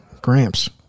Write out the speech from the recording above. Gramps